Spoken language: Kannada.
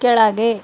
ಕೆಳಗೆ